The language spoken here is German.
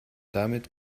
damit